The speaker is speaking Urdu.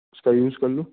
اُس کا یوز کر لوں